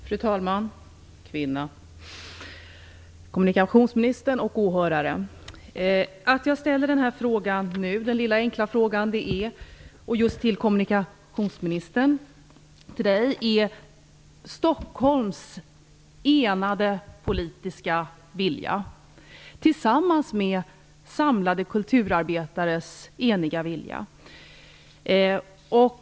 Fru talman! Talkvinna! Kommunikationsministern och åhörare! Jag ställer denna lilla enkla fråga till kommunikationsministern eftersom det finns en enig politisk vilja i Stockholm och detta är enade kulturarbetares vilja.